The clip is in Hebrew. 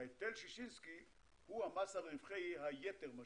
היטל ששינסקי הוא המס על רווחי היתר.